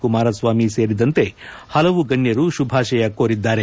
ಕುಮಾರಸ್ವಾಮಿ ಸೇರಿದಂತೆ ಹಲವು ಗಣ್ಣರು ಶುಭಾಶಯ ಕೋರಿದ್ದಾರೆ